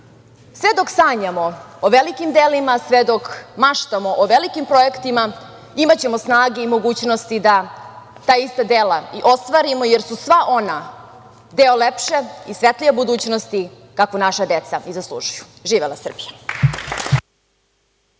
Sve dok sanjamo o velikim delima, sve dok maštamo o velikim projektima, imaćemo snage i mogućnost da ta ista dela i ostvarimo, jer su sva ona deo lepše i svetlije budućnosti, kako naša deca i zaslužuju. Živela Srbija.